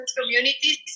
communities